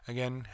Again